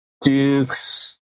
Dukes